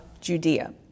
Judea